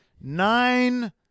nine